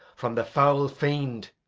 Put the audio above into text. from the foul fiend!